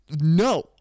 No